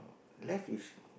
life is